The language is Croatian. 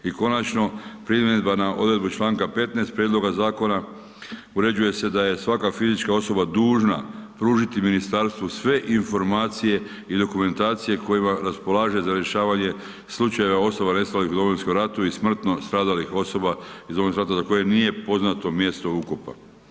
I konačno, primjedba na odredbu članka 15. prijedloga zakona uređuje se da je svaka fizička osoba dužna pružiti ministarstvu sve informacije i dokumentacije kojima raspolaže za rješavanje slučajeva osoba nestalih u Domovinskom ratu i smrtno stradalih osoba iz Domovinskog rata za koje nije poznato mjesto ukopa.